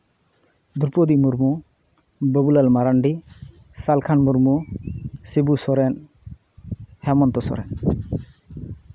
Droupadi Murmu Babulal Marandi Salkhan Murmu Sibu Soren Hemant Soren